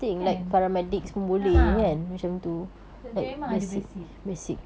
kan a'ah sebab dia memang ada basic